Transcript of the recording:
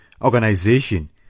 organization